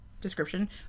description